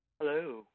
hello